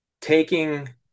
taking